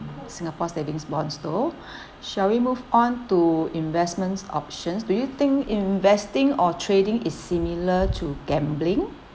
singapore savings bonds though shall we move on to investments options do you think investing or trading is similar to gambling